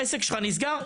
העסק שלך נסגר,